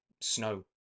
snow